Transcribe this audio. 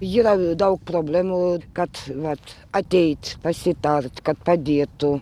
yra daug problemų kad vat ateit pasitart kad padėtų